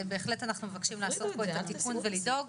אנחנו נעשה תרשים זרימה יפה ורציף,